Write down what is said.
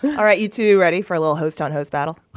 all right you two ready for a little host-on-host battle?